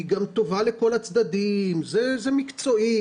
היא גם טובה לכל הצדדים והיא מקצועית,